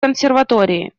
консерватории